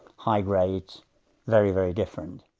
high grades very, very different.